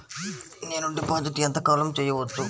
నేను డిపాజిట్ ఎంత కాలం చెయ్యవచ్చు?